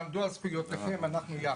אנחנו איתכם, ותעמדו על זכויותיכם, אנחנו יחד.